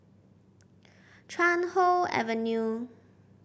Chuan Hoe Avenue